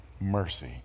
mercy